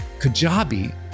Kajabi